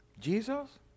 Jesus